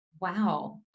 Wow